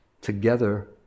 together